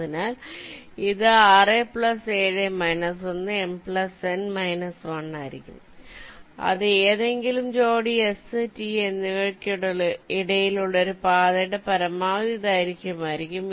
അതിനാൽ ഇത് 6 7−1 M N − 1 ആയിരിക്കും അത് ഏതെങ്കിലും ജോഡി s t എന്നിവയ്ക്കിടയിലുള്ള ഒരു പാതയുടെ പരമാവധി ദൈർഘ്യമായിരിക്കും